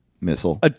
Missile